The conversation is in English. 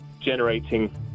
generating